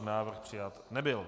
Návrh přijat nebyl.